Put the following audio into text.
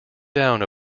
down